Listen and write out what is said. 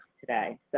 today